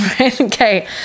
Okay